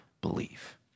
believe